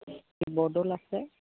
শিৱদৌল আছে